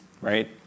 right